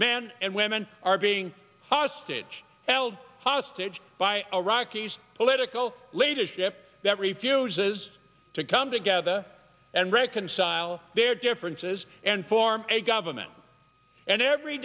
men and women are being hostage held hostage by iraqis political leadership that refuses to come together and reconcile their differences and form a government and every